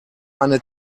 eine